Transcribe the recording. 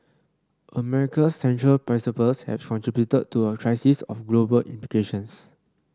America's central principles have contributed to a crisis of global implications